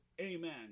Amen